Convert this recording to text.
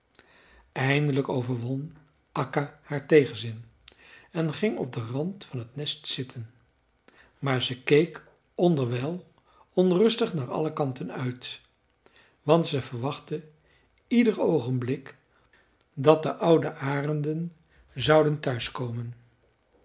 eindelijk overwon akka haar tegenzin en ging op den rand van het nest zitten maar ze keek onderwijl onrustig naar alle kanten uit want ze verwachtte ieder oogenblik dat de oude arenden zouden thuiskomen